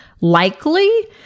likely